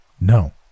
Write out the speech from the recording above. No